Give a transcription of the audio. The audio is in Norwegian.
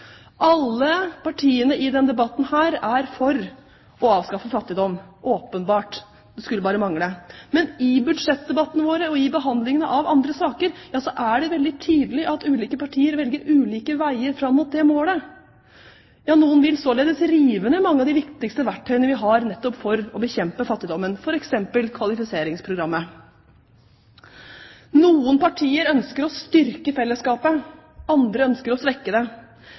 Alle partiene i denne debatten er for å avskaffe fattigdom. Det er åpenbart, og det skulle bare mangle. Men i budsjettdebattene våre og i behandlingen av andre saker er det veldig tydelig at ulike partier velger ulike veier fram mot det målet. Ja, noen vil således rive ned mange av de viktigste verktøyene vi har nettopp for å bekjempe fattigdommen, f.eks. kvalifiseringsprogrammet. Noen partier ønsker å styrke fellesskapet, andre ønsker å svekke det.